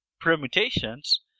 permutations